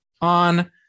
on